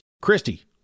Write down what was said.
Christy